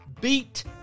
Beat